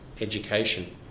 education